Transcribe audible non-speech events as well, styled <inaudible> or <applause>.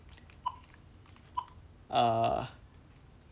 <noise> uh